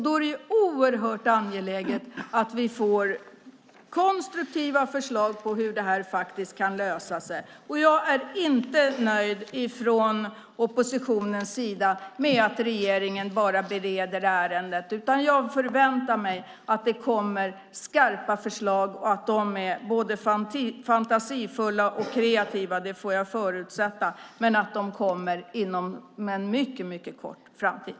Då är det oerhört angeläget att vi får konstruktiva förslag på hur det här kan lösas. Vi i oppositionen är inte nöjda med att regeringen bara bereder ärendet. Jag väntar mig nu att det kommer skarpa förslag - att de är både fantasifulla och kreativa får jag förutsätta - och att de kommer inom en mycket snar framtid.